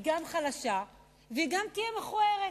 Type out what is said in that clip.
היא גם חלשה והיא גם תהיה מכוערת.